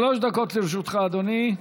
שלוש דקות לרשותך, אדוני.